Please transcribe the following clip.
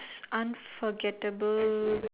unforgettable